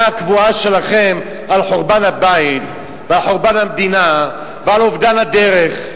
הקבועה שלכם על חורבן הבית ועל חורבן המדינה ועל אובדן הדרך.